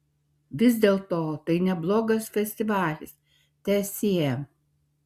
vis dėlto tai neblogas festivalis teesie